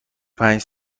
پنج